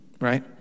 right